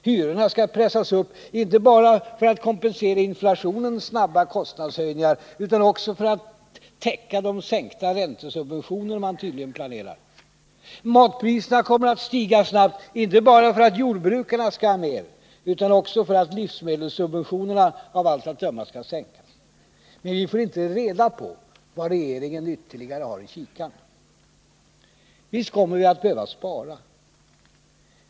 Hyrorna skall pressas upp, inte bara för att kompensera inflationens snabba kostnadshöjningar utan också för att täcka de sänkningar av räntesubventionerna man tydligen planerar. Matpriserna kommer att stiga snabbt, inte bara för att jordbrukarna skall ha mer utan också för att livsmedelssubventionerna av allt att döma skall sänkas. Men vi får inte reda på vad regeringen ytterligare har i kikaren. Visst kommer vi att behöva spara.